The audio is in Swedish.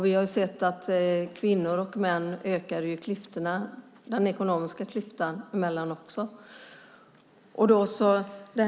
Vi har också sett att den ekonomiska klyftan mellan kvinnor och män ökar.